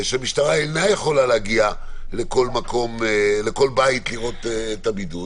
שהמשטרה אינה יכולה להגיע לכל בית לראות את הבידוד,